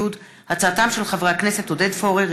בהצעתם של חברי הכנסת עודד פורר,